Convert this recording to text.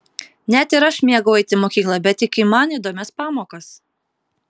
net ir aš mėgau eiti į mokyklą bet tik į man įdomias pamokas